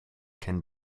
can